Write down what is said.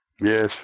Yes